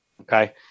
okay